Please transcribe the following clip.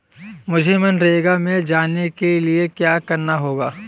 मुझे मनरेगा में जाने के लिए क्या करना होगा?